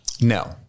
No